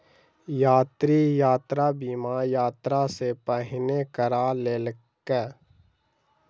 यात्री, यात्रा बीमा, यात्रा सॅ पहिने करा लेलक